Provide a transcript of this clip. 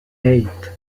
eight